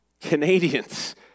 Canadians